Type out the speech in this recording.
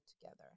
together